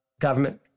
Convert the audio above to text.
government